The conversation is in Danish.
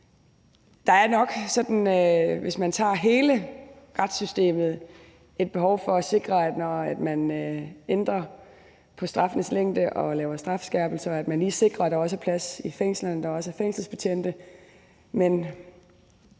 Der er nok, hvis man tager hele retssystemet, et behov for at man, når man ændrer på straffens længde og laver strafskærpelser, så lige sikrer, at der også er plads i fængslerne, og at der også er fængselsbetjente til